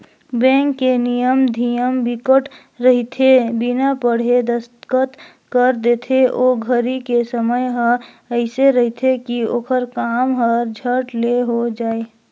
bank के नियम धियम बिकट रहिथे बिना पढ़े दस्खत कर देथे ओ घरी के समय हर एइसे रहथे की ओखर काम हर झट ले हो जाये